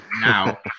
now